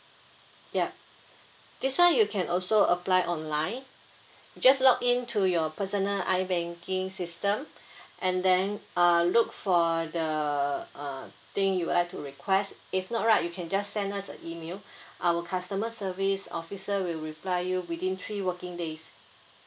ya this [one] you can also apply online just login to your personal I banking system and then uh look for the uh thing you would like to request if not lah you can just send us a email our customer service officer will reply you within three working days